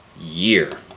year